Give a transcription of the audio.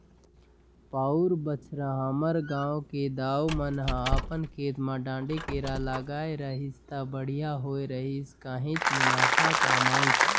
पउर बच्छर हमर गांव के दाऊ मन ह अपन खेत म डांड़े केरा लगाय रहिस त बड़िहा होय रहिस काहेच मुनाफा कमाइस